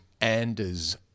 Anders